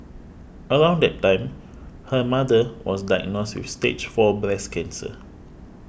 around that time her mother was diagnosed with Stage Four breast cancer